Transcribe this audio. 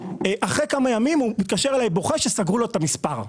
אחרי כמה ימים הוא התקשר אלי בוכה כי סגרו לו את המספר.